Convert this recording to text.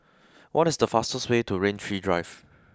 what is the fastest way to Rain Tree Drive